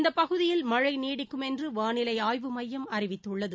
இந்த பகுதியில் மழை நீடிக்கும் என்று வானிலை ஆய்வு மையம் அறிவித்துள்ளது